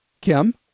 Kim